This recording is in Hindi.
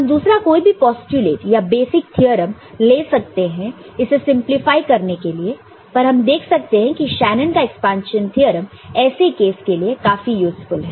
हम दूसरा कोई भी पोस्टयूलेट या बेसिक थ्योरम ले सकते थे इसे सिंपलीफाई करने के लिए पर हम देख सकते हैं शेनन का एक्सपांशन थ्योरम ऐसे केस के लिए काफी उपयोगी है